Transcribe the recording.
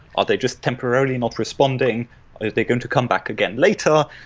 are they just temporarily not responding? are they going to come back again later?